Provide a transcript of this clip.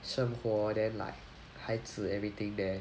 生活 then like 孩子 everything there